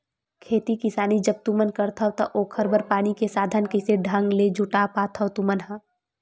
खेती किसानी जब तुमन करथव त ओखर बर पानी के साधन कइसे ढंग ले जुटा पाथो तुमन ह?